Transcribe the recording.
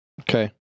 Okay